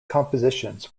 compositions